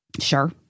Sure